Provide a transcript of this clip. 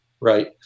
right